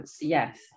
yes